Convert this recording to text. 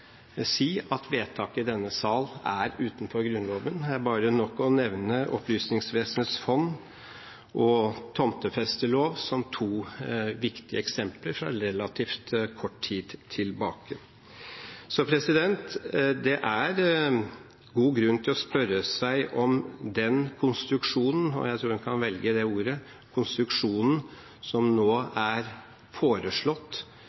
si at vedtak i denne sal har vært utenfor Grunnloven – det er nok bare å nevne Opplysningsvesenets fond og tomtefestelov som to viktige eksempler fra relativt kort tid tilbake. Det er god grunn til å spørre seg om den konstruksjonen – jeg tror en kan velge det ordet – som